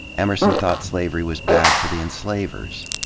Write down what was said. emerson thought slavery was bad for the enslavers,